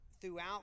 throughout